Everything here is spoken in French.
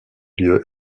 lieu